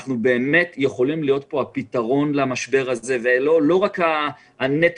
אנחנו באמת יכולים להיות פה הפתרון למשבר הזה ולא רק נטל.